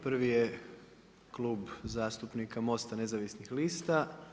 Prvi je Klub zastupnika MOST-a nezavisnih lista.